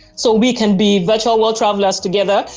so we can be virtual world travelers together,